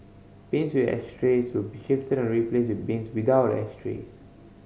bins with ashtrays will be shifted or replaced with bins without ashtrays